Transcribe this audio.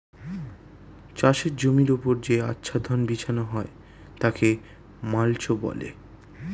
চাষের জমির ওপর যে আচ্ছাদন বিছানো হয় তাকে মাল্চ বলে